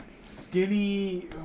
skinny